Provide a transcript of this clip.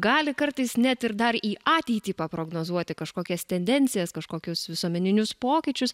gali kartais net ir dar į ateitį paprognozuoti kažkokias tendencijas kažkokius visuomeninius pokyčius